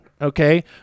Okay